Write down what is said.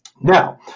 Now